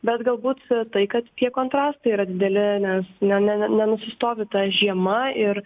bet galbūt tai kad tie kontrastai yra dideli nes ne ne ne nenustovi ta žiema ir